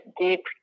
deep